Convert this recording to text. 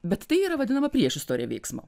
bet tai yra vadinama priešistorė veiksmo